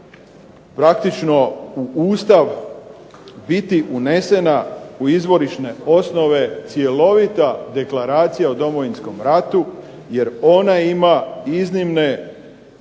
praktično u Ustav biti unesena u Izvorišne osnove cjelovita Deklaracija o Domovinskom ratu jer ona ima iznimne